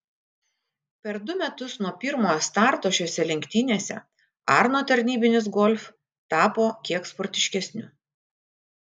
per du metus nuo pirmojo starto šiose lenktynėse arno tarnybinis golf tapo kiek sportiškesniu